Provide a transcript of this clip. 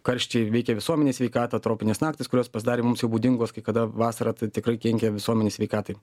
karščiai veikia visuomenės sveikatą tropinės naktys kurios pasidarė mums jau būdingos kai kada vasarą tai tikrai kenkia visuomenės sveikatai